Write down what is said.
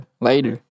Later